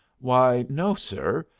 why, no, sir.